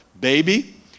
baby